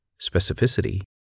specificity